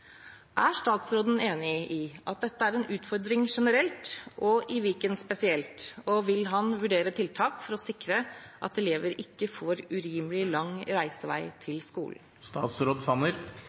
Er statsråden enig i at dette er en utfordring generelt, og i Viken spesielt, og vil han vurdere tiltak for å sikre at elever ikke får en urimelig lang reisevei til skolen?»